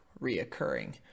reoccurring